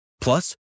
Plus